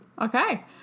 okay